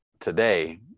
today